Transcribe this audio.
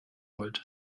wollt